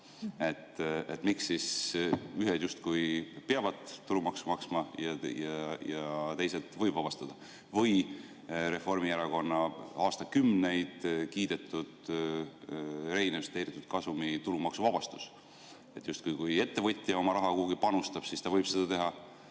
Miks siis ühed justkui peavad tulumaksu maksma, aga teised võib sellest vabastada? Või Reformierakonna aastakümneid kiidetud reinvesteeritud kasumi tulumaksuvabastus. Kui ettevõtja oma raha kuhugi panustab, siis ta võib seda teha